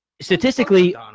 statistically